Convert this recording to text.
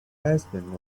lesbian